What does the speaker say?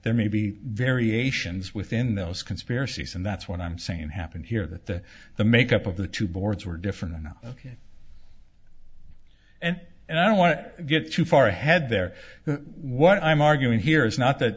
there may be variations within those conspiracies and that's what i'm saying happened here that the make up of the two boards were different enough ok and and i don't want to get too far ahead there what i'm arguing here is not that